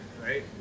right